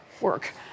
Work